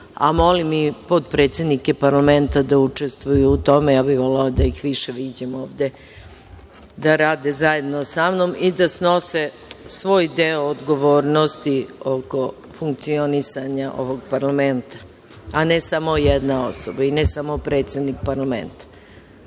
a molim i podpredsednike Parlamenta da učestvuju u tome. Volela bih više da ih viđam ovde, da rade zajedno samnom i da snose svoj deo odgovornosti oko funkcionisanja ovog Parlamenta, a ne samo jedna osoba i ne samo predsednik Parlamenta. Lepo